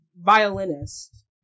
violinist